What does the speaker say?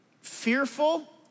Fearful